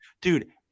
Dude